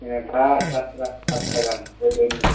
मोजांथार जाथ्रा गान गोदोनि